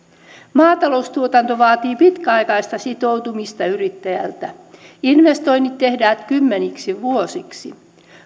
maataloustuotanto vaatii pitkäaikaista sitoutumista yrittäjältä investoinnit tehdään kymmeniksi vuosiksi